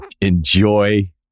enjoy